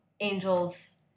angel's